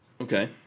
Okay